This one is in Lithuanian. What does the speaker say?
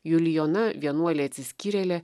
julijona vienuolė atsiskyrėlė